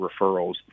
referrals